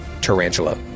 tarantula